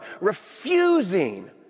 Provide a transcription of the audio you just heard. refusing